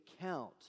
count